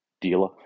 dealer